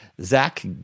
Zach